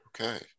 Okay